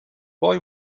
boy